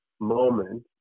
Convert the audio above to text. moment